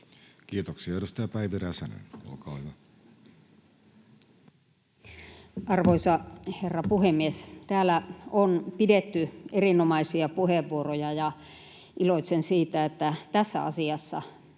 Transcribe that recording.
Kiitoksia. — Edustaja Päivi Räsänen, olkaa hyvä. Arvoisa herra puhemies! Täällä on pidetty erinomaisia puheenvuoroja, ja iloitsen siitä, että tässä asiassa